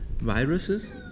viruses